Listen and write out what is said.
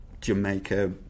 Jamaica